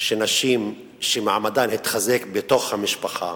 שנשים שמעמדן התחזק בתוך המשפחה,